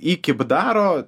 iki bdaro